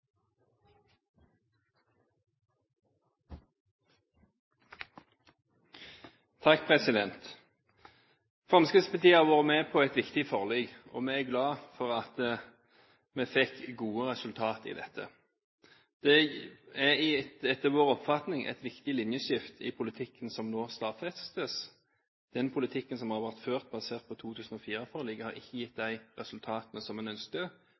glad for at vi fikk gode resultater i dette. Det er etter vår oppfatning et viktig linjeskifte i politikken som nå stadfestes. Den politikken som har vært ført basert på 2004-forliket, har ikke gitt de resultatene som en